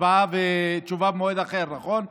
הצבעה ותשובה במועד אחר, נכון?